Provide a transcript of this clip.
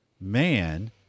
man